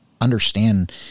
understand